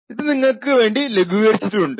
ഇത് നിങ്ങൾക്കു വേണ്ടി ലഘൂകരിച്ചിട്ടുണ്ട്